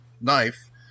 knife